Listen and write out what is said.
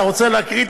אתה רוצה להקריא?